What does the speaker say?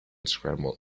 scrambled